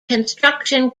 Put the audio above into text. construction